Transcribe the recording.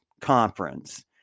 conference